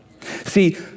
see